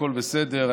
הכול בסדר.